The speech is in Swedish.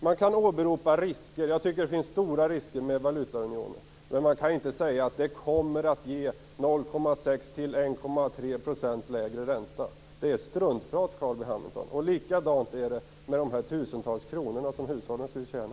Man kan åberopa risker, och jag tycker att stora risker är förenade med valutaunionen, men man kan inte säga att den kommer att ge 0,6-1,3 % lägre ränta. Det är struntprat, Carl B Hamilton. Likadant är det med de tusentals kronor som hushållen skulle tjäna.